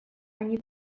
они